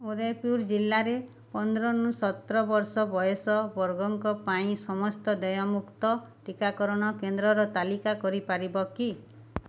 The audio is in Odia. ଉଦୟପୁର ଜିଲ୍ଲାରେ ପନ୍ଦରରୁ ସତର ବର୍ଷ ବୟସ ବର୍ଗଙ୍କ ପାଇଁ ସମସ୍ତ ଦେୟମୁକ୍ତ ଟିକାକରଣ କେନ୍ଦ୍ରର ତାଲିକା କରିପାରିବ କି